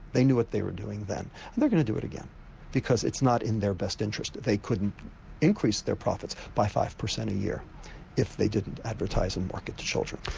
they knew what they were doing then going to do it again because it's not in their best interest. they couldn't increase their profits by five percent a year if they didn't advertise and market to children.